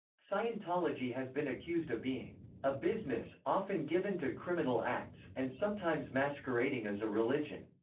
scientology has been accused of being a business, often given to criminal acts, and sometimes masquerading as a religion.